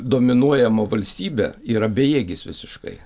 dominuojama valstybė yra bejėgis visiškai